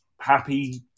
happy